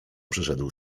przyszedł